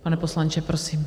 Pane poslanče, prosím.